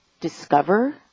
discover